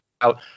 out